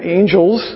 angels